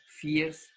fears